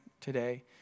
today